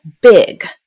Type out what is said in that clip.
big